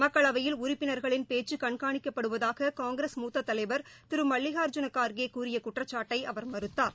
மக்களவையில் உறுப்பினா்களின் பேச்சு கண்காணிக்கப்படுவதாக காங்கிரஸ் மூத்த தலைவா் திரு மல்லிகார்ஜுன கார்கே கூறிய குற்றச்சாட்டை அவர் மறுத்தார்